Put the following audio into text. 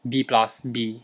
B plus B